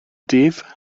dydd